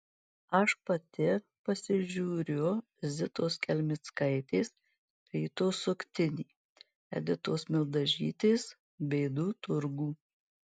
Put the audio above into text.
aš pati pasižiūriu zitos kelmickaitės ryto suktinį editos mildažytės bėdų turgų